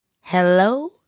Hello